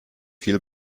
viel